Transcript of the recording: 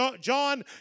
John